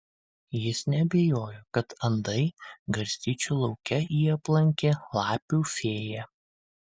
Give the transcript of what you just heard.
jis neabejojo kad andai garstyčių lauke jį aplankė lapių fėja